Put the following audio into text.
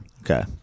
Okay